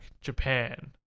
japan